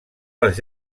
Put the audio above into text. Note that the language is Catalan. les